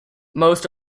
most